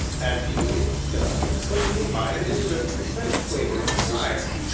and you, said i, put me in mind of a certain semi-quavering friar.